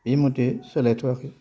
बे मथे सोलायथ'वाखै